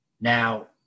Now